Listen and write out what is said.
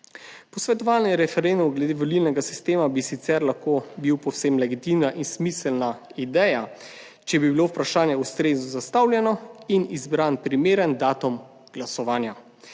Posvetovalni referendum glede volilnega sistema bi sicer lahko bil povsem legitimna in smiselna ideja, če bi bilo vprašanje ustrezno zastavljeno in izbran primeren datum glasovanja.